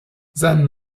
sein